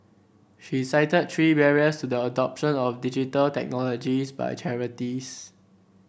she cited three barriers to the adoption of Digital Technologies by charities